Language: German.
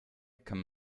kann